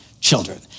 children